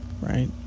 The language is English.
right